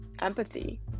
empathy